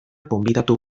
gonbidatu